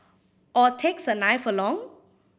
or takes a knife along